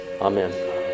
Amen